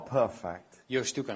perfect